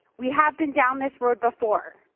we have been down this road before.